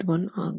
1 ஆகும்